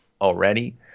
already